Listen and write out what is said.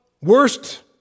worst